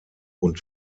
und